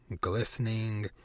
glistening